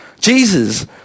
Jesus